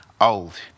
old